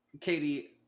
Katie